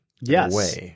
Yes